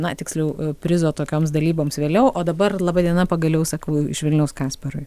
na tiksliau prizo tokioms dalyboms vėliau o dabar laba diena pagaliau sakau iš vilniaus kasparui